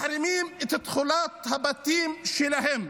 מחרימים את תכולת הבתים שלהם,